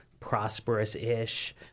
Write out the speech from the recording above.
prosperous-ish